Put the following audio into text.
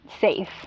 safe